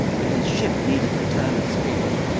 when his ship needed a turn of speed,